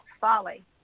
folly